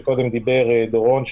ששם נמצא דורון,